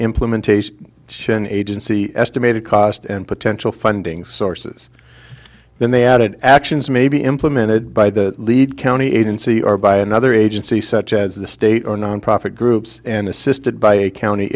implementation ssion agency estimated cost and potential funding sources then they added actions may be implemented by the lead county agency or by another agency such as the state or nonprofit groups and assisted by a county